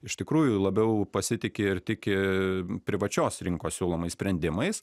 iš tikrųjų labiau pasitiki ir tiki privačios rinkos siūlomais sprendimais